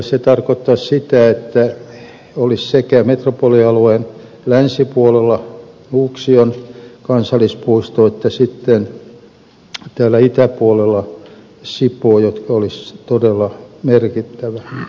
se tarkoittaisi sitä että olisi sekä metropolialueen länsipuolella nuuksion kansallispuisto että sitten täällä itäpuolella sipoonkorven kansallispuisto joka olisi todella merkittävä